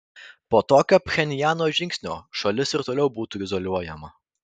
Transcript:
po tokio pchenjano žingsnio šalis ir toliau būtų izoliuojama